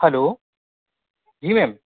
hello جی میم